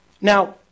Now